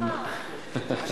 אדוני היושב-ראש,